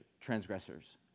transgressors